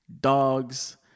dogs